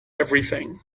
everything